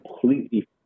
completely